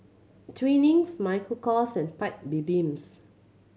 Twinings Michael Kors and Paik Bibims